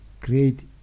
create